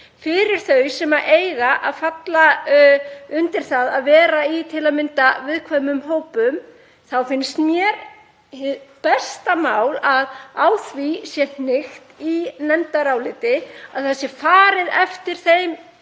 fyrir þau sem eiga að falla undir það, sem eru í til að mynda viðkvæmum hópum, þá finnst mér hið besta mál að á því sé hnykkt í nefndaráliti að farið sé eftir þeim